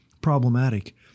problematic